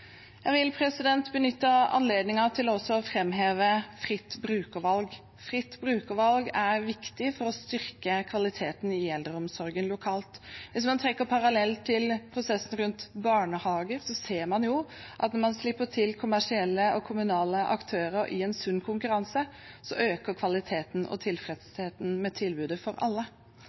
Jeg vil benytte anledningen til også å framheve fritt brukervalg. Fritt brukervalg er viktig for å styrke kvaliteten i eldreomsorgen lokalt. Hvis man trekker en parallell til prosessen rundt barnehagene, ser man at når man slipper til kommersielle og kommunale aktører i en sunn konkurranse, øker kvaliteten og tilfredsheten ved tilbudet for alle.